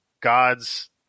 God's